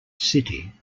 city